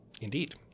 Indeed